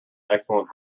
excellent